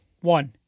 One